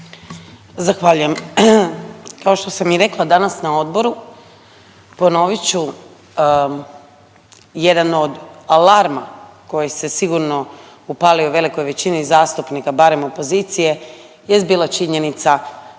Zahvaljujem. Kao što sam i rekla danas na odboru, ponovit ću jedan od alarma koji se sigurno upalio velikoj većini zastupnika, barem opozicije jest bila činjenica